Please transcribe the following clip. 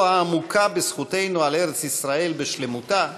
העמוקה בזכותנו על ארץ-ישראל בשלמותה,